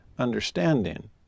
understanding